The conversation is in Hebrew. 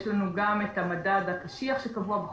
יש לנו גם את המדד הקשיח שקבוע בחוק,